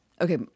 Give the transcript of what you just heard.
Okay